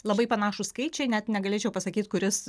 labai panašūs skaičiai net negalėčiau pasakyt kuris